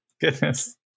Goodness